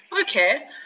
Okay